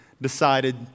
decided